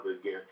again